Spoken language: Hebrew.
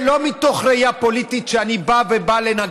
לא מתוך ראייה פוליטית, שאני בא לנגח,